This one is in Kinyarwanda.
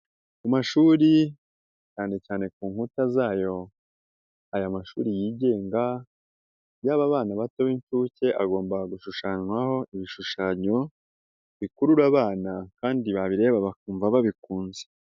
Amashuri cyane cyane ku nkuta zayo, aya mashuri yigenga yaba bato b'inshuke agomba gushushanywaho ibishushanyo bikurura abana kandi babireba bakumva babikunze.